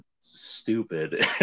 stupid